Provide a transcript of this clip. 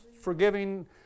forgiving